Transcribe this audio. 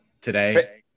Today